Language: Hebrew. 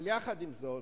אבל יחד עם זאת,